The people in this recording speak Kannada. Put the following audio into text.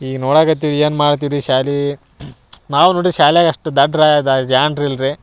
ಈಗ ನೋಡಾಕ್ಕತ್ತೀವಿ ಏನು ಮಾಡ್ತೀವಿ ರೀ ಶ್ಯಾಲೀ ನಾವು ನೋಡಿರಿ ಶಾಲೆಗೆ ಅಷ್ಟು ದಡ್ರು ಅದ ಜಾಣ್ರು ಇಲ್ಲರೀ